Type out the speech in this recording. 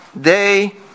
day